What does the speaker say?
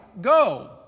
go